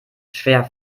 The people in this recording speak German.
schwer